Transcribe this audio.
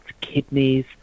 kidneys